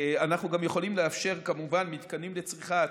אנחנו גם יכולים לאפשר כמובן מתקנים לצריכה עצמית,